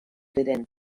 ziren